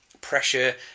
pressure